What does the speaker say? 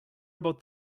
about